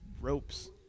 ropes